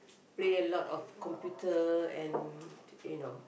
play a lot of computer and you know